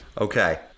Okay